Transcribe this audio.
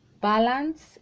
balance